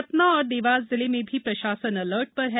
सतना और देवास जिले में भी प्रशासन अलर्ट है